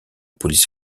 police